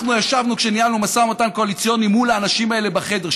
אנחנו ישבנו כשניהלנו משא ומתן קואליציוני מול האנשים האלה בחדר.